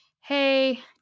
hey